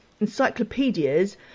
encyclopedias